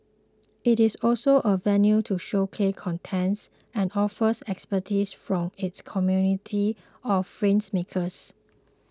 it is also a venue to showcase contents and offers expertise from its community of filmmakers